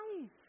life